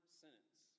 sentence